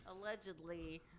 Allegedly